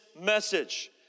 message